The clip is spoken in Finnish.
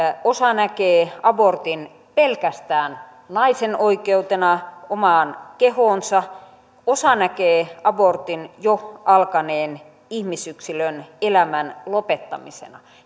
osa näkee abortin pelkästään naisen oikeutena omaan kehoonsa osa näkee abortin jo alkaneen ihmisyksilön elämän lopettamisena